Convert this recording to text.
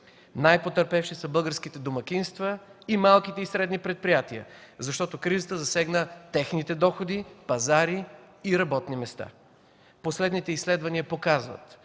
Най-потърпевши са българските домакинства и малките и средни предприятия, защото кризата засегна техните доходи, пазари и работни места. Последните изследвания показват,